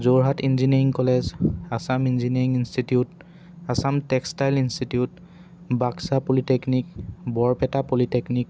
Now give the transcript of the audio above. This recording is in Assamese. Jorhat engineering college Assam engineering institute Assam textile institute Baksa polytechnic Barpeta polytechnic